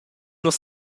nus